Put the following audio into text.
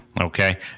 okay